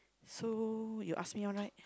so you ask me now right